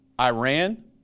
Iran